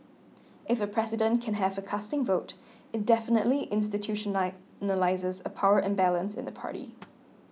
if a president can have a casting vote it definitely a power imbalance in the party